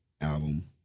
album